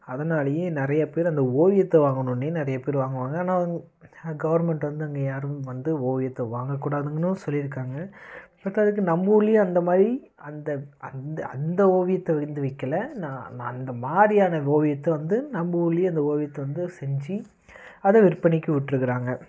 அதனாலையே நிறைய பேர் அந்த ஓவியத்தை வாங்கணும்னே நிறைய பேர் வாங்குவாங்க ஆனால் கவர்ன்மெண்ட் வந்து அங்கே யாரும் வந்து ஓவியத்தை வாங்க கூடாதுனும் சொல்லியிருக்காங்க பற்றாததுக்கு நம்ம ஊர்லையும் அந்தமாதிரி அந்த அந்த அந்த ஓவியத்தை வந்து விற்கல நா அந்தமாதிரியான ஓவியத்தை வந்து நம்ப ஊர்லையே அந்த ஓவியத்தை வந்து செஞ்சு அதை விற்பனைக்கு விட்டிருக்குறாங்க